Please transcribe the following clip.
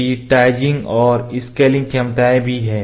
digitising और scanning क्षमताएं भी हैं